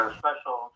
special